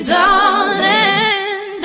darling